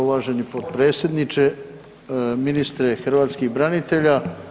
Uvaženi potpredsjedniče, ministre hrvatskih branitelja.